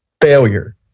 failure